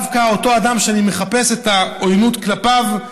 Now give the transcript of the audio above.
דווקא אותו אדם שאני מחפש את העוינות כלפיו,